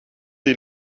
die